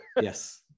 Yes